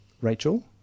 Rachel